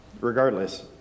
regardless